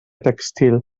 tèxtil